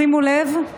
שימו לב,